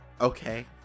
Okay